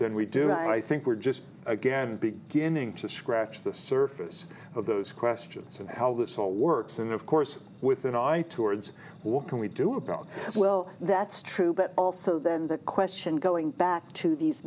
than we do and i think we're just again beginning to scratch the surface of those questions and how this all works and of course with an eye towards what can we do about well that's true but also then the question going back to these